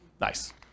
Nice